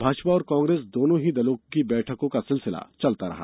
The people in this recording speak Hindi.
भाजपा और कांग्रेस दोनों ही दलों की बैठकों का सिलसिल चलता रहा